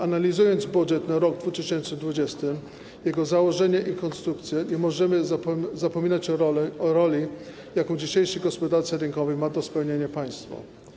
Analizując budżet na rok 2020, jego założenie i konstrukcję, nie możemy zapominać o roli, jaką w dzisiejszej gospodarce rynkowej ma do spełnienia państwo.